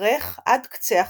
והתארך עד קצה החדר.